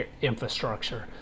infrastructure